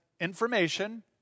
information